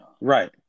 Right